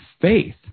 faith